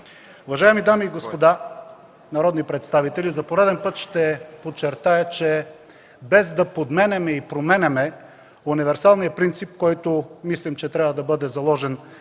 Уважаеми дами и господа народни представители, за пореден път ще подчертая, че без да подменяме и променяме универсалния принцип, който мислим, че трябва да бъде заложен